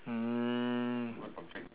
mm